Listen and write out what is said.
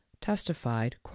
testified